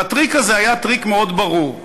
והטריק הזה הוא טריק מאוד ברור.